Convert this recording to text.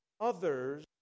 others